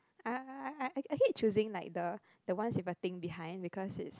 I I I I hate choosing like the the ones with a thing behind because it's